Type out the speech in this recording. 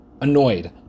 Annoyed